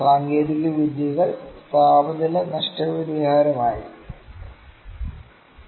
സാങ്കേതിക വിദ്യകൾ താപനില നഷ്ടപരിഹാരമായിരിക്കാം